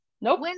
Nope